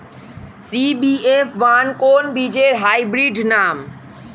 CBF one কোন বীজের hybrid নাম?